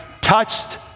touched